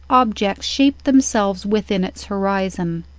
objects shaped themselves within its horizon,